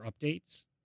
updates